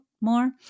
more